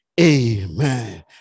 amen